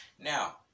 Now